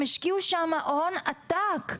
הם השקיעו שם הון עתק.